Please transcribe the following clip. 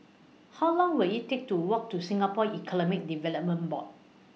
How Long Will IT Take to Walk to Singapore Economic Development Board